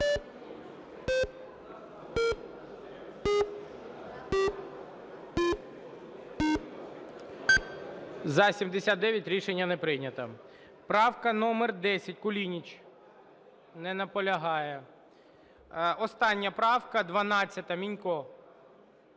За-79 Рішення не прийнято. Правка номер 10, Кулініч. Не наполягає. Остання правка, 12-а, Мінько.